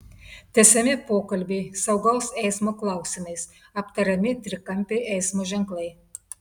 tęsiami pokalbiai saugaus eismo klausimais aptariami trikampiai eismo ženklai